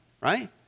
Right